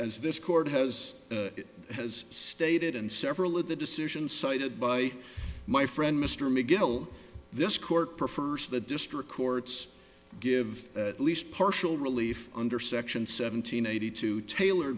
as this court has has stated and several of the decision cited by my friend mr mcgill this court prefers the district courts give at least partial relief under section seven hundred eighty two tailor